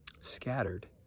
scattered